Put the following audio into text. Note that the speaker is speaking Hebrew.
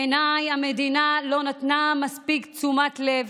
בעיניי המדינה לא נתנה מספיק תשומת לב,